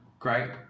Great